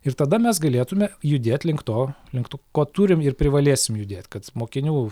ir tada mes galėtume judėt link to link to ko turim ir privalėsim judėt kad mokinių